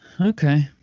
Okay